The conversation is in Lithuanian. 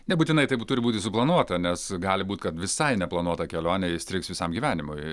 nebūtinai taip turi būti suplanuota nes gali būti kad visai neplanuota kelionė įstrigs visam gyvenimui